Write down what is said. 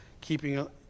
keeping